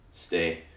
Stay